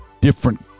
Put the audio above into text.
different